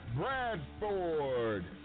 Bradford